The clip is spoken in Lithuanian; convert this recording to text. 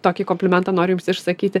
tokį komplimentą noriu jums išsakyti